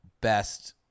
best